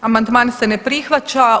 Amandman se ne prihvaća.